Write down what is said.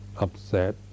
upset